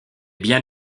biens